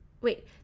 wait